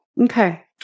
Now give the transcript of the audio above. okay